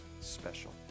special